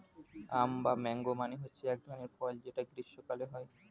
আম বা ম্যাংগো মানে হচ্ছে এক ধরনের ফল যেটা গ্রীস্মকালে হয়